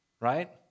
Right